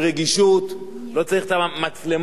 לא צריך את המצלמות ולא צריך את החגיגות.